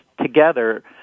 together